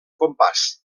compàs